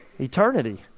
Eternity